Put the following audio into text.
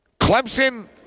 Clemson